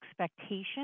expectation